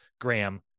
Graham